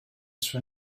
sue